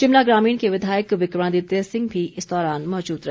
शिमला ग्रामीण के विधायक विक्रमादित्य सिंह भी इस दौरान मौजूद रहे